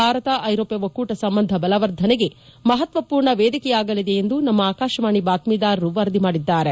ಭಾರತ ಐರೋಪ್ಯ ಒಕ್ಕೂಟ ಸಂಬಂಧ ಬಲವರ್ಧನೆಗೆ ಮಹತ್ವಪೂರ್ಣ ವೇದಿಕೆಯಾಗಲಿದೆ ಎಂದು ನಮ್ಮ ಆಕಾಶವಾಣಿ ಬಾತ್ಮಿದಾರರು ವರದಿ ಮಾಡಿದ್ದಾರೆ